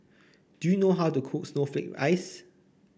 do you know how to cook Snowflake Ice